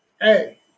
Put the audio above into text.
Hey